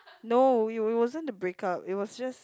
no it it wasn't a breakup it was just